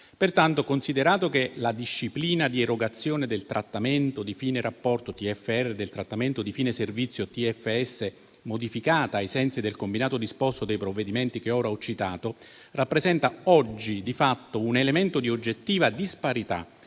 Si consideri inoltre che la disciplina di erogazione del trattamento di fine rapporto (TFR) e del trattamento di fine servizio (TFS), modificata ai sensi del combinato disposto dei provvedimenti che ora ho citato, rappresenta oggi, di fatto, un elemento di oggettiva disparità